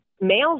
males